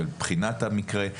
של בחינת המקרה.